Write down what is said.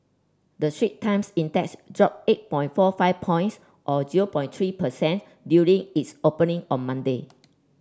the Straits Times Index dropped eight forty five points or zero point three per cent during its opening on Monday